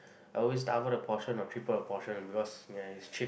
I always double the portion or triple the portion because yeah is cheap